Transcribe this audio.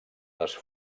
les